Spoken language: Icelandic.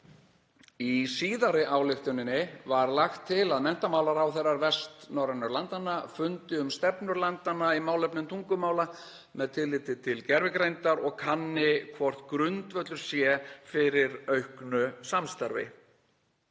Í síðari ályktuninni var lagt til að menntamálaráðherrar vestnorrænu landanna fundi um stefnur landanna í málefnum tungumála með tilliti til gervigreindar og kanni hvort grundvöllur sé fyrir auknu samstarfi.